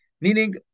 meaning